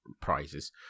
prizes